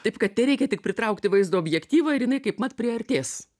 taip kad tereikia tik pritraukti vaizdo objektyvą ir jinai kaipmat priartės